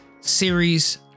series